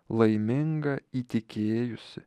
laiminga įtikėjusi